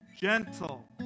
Gentle